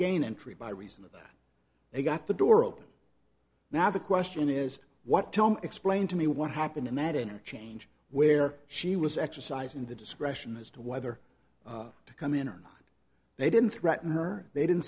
gain entry by reason they got the door open now the question is what tom explained to me what happened in that interchange where she was exercising the discretion as to whether to come in or they didn't threaten her they didn't